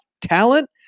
talent